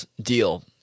deal